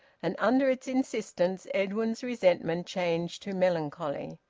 and under its insistence edwin's resentment changed to melancholy.